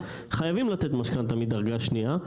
חייבים לתת משכנתה מדרגה שנייה.